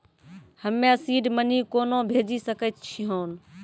हम्मे seed money कोना भेजी सकै छिओंन